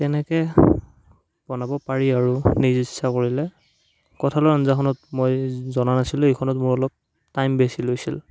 তেনেকৈ বনাব পাৰি আৰু নিজ ইচ্ছা কৰিলে কঁঠালৰ আঞ্জাখনত মই জনা নাছিলো এইখনত মোৰ অলপ টাইম বেছি লৈছিল